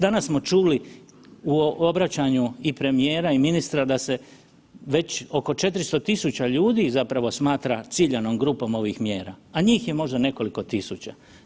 Danas smo čuli u obraćanju i premijera i ministra da se već oko 400 000 ljudi zapravo smatra ciljanom grupom ovih mjera, a njih je možda nekoliko tisuća.